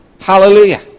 Hallelujah